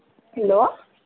hello